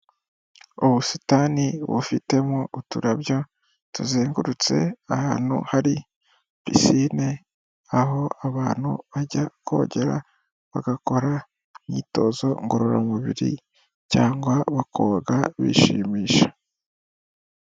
Ubusitani bufitemo uturarabyo tuzengurutse ahantu hari pisine, aho abantu bajya kogera bagakora imyitozo ngororamubiri cyangwa bakoga bishimisha.